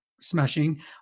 smashing